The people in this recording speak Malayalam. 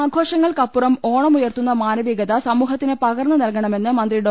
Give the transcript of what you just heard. ആഘോഷങ്ങൾക്കപ്പുറം ഓണം ഉയർത്തുന്ന മാനവികത സമൂഹത്തിന് പകർന്ന് നൽകണമെന്ന് മന്ത്രി ഡോ